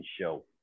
show